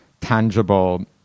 tangible